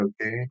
okay